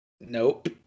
Nope